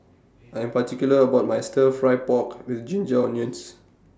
I Am particular about My Stir Fry Pork with Ginger Onions